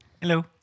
Hello